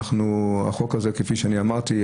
כפי שאני אמרתי,